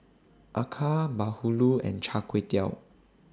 Acar Bahulu and Char Kway Teow